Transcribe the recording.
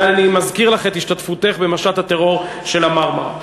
ואני מזכיר לך את השתתפותך במשט הטרור של ה"מרמרה".